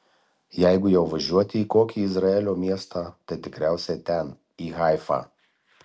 jeigu jau važiuoti į kokį izraelio miestą tai tikriausiai ten į haifą